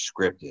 scripted